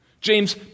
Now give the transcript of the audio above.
James